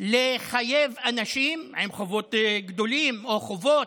לחייב אנשים עם חובות גדולים או חובות,